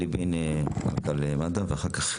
אלי בין מנכ"ל מד"א ואחר כך